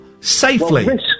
safely